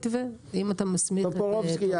טופורובסקי,